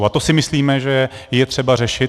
A to si myslíme, že je třeba řešit.